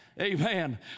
Amen